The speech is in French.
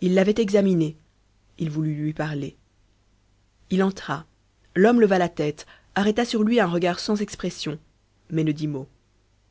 il l'avait examiné il voulut lui parler il entra l'homme leva la tête arrêta sur lui un regard sans expression mais ne dit mot